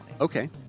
Okay